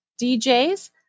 DJs